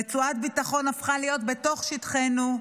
רצועת הביטחון הפכה להיות בתוך שטחנו,